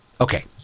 Okay